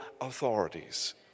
authorities